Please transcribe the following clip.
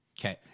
okay